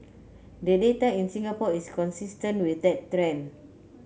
the data in Singapore is consistent with that trend